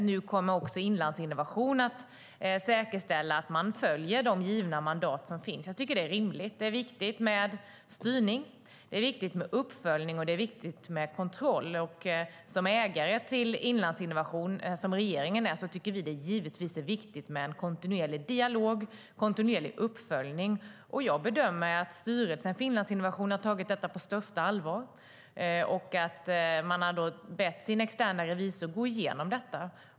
Nu kommer också Inlandsinnovation att säkerställa att man följer de givna mandaten. Det är rimligt. Det är viktigt med styrning, uppföljning och kontroll. Som ägare till Inlandsinnovation tycker regeringen givetvis att det är viktigt med en kontinuerlig dialog och uppföljning. Jag bedömer att styrelsen för Inlandsinnovation har tagit detta på största allvar, och man har bett den externa revisorn att gå igenom detta.